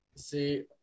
See